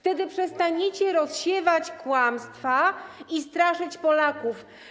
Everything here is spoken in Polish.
Wtedy przestaniecie rozsiewać kłamstwa i straszyć Polaków.